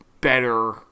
better